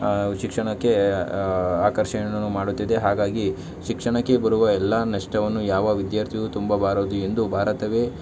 ಶಿಕ್ಷಣಕ್ಕೆ ಆಕರ್ಷಣೆಯನ್ನು ಮಾಡುತ್ತಿದೆ ಹಾಗಾಗಿ ಶಿಕ್ಷಣಕ್ಕೆ ಬರುವ ಎಲ್ಲ ನಷ್ಟವನ್ನು ಯಾವ ವಿದ್ಯಾರ್ಥಿಯೂ ತುಂಬಬಾರದು ಎಂದು ಭಾರತವೇ